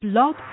Blog